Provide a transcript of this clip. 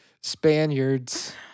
Spaniards